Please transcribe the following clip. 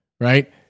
Right